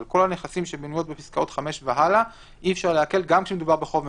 אבל כל הנכסים בפסקאות (5) והלאה אי-אפשר לעקל גם כשמדובר בחוב מזונות.